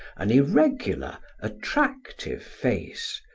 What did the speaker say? an irregular, attractive face,